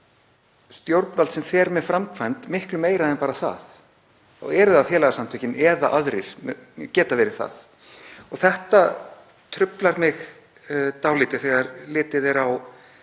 stjórnvald sem fer með framkvæmd miklu meira en bara það. Þá eru það félagasamtökin eða aðrir, eða geta verið það. Þetta truflar mig dálítið þegar litið er á